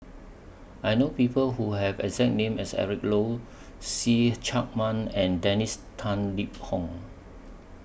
I know People Who Have exact name as Eric Low See Chak Mun and Dennis Tan Lip Fong